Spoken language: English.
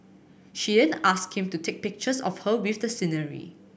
she then asked him to take pictures of her with the scenery